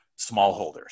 smallholders